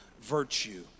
virtue